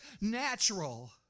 natural